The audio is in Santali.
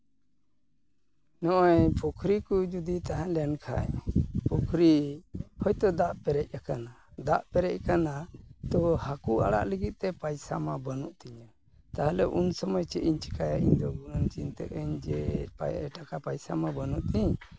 ᱱᱚᱜᱼᱚᱭ ᱯᱩᱠᱷᱨᱤ ᱠᱚ ᱡᱩᱫᱤ ᱛᱟᱦᱮᱞᱮᱱ ᱠᱷᱟᱡ ᱯᱩᱠᱷᱨᱤ ᱦᱳᱭᱛᱳ ᱫᱟᱜ ᱯᱮᱨᱮᱡ ᱟᱠᱟᱱᱟ ᱫᱟᱜ ᱯᱮᱨᱮᱡ ᱟᱠᱟᱱᱟ ᱛᱚ ᱦᱟᱠᱩ ᱟᱲᱟᱜ ᱞᱟᱹᱜᱤᱫ ᱛᱮ ᱯᱟᱭᱥᱟ ᱢᱟ ᱵᱟᱹᱱᱩᱜ ᱛᱤᱧᱟᱹ ᱛᱟᱞᱦᱮ ᱩᱱ ᱥᱚᱢᱚᱭ ᱪᱮᱫ ᱤᱧ ᱪᱮᱠᱟᱭᱟ ᱤᱧ ᱫᱚ ᱜᱩᱱᱟᱹᱱ ᱪᱤᱱᱛᱟᱹᱜ ᱟᱹᱧ ᱡᱮ ᱩᱯᱟᱹᱭ ᱴᱟᱠᱟ ᱯᱟᱭᱥᱟ ᱢᱟ ᱵᱟᱹᱱᱩᱜ ᱛᱤᱧ